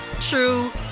true